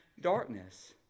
darkness